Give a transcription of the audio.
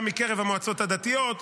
גם מקרב המועצות הדתיות,